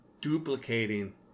Duplicating